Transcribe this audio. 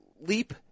leap